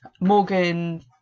Morgan